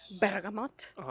bergamot